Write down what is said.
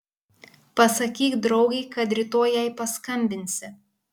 pasakyk draugei kad rytoj jai paskambinsi